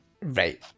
Right